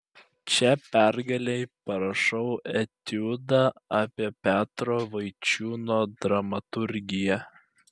čia pergalei parašau etiudą apie petro vaičiūno dramaturgiją